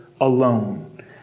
alone